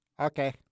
Okay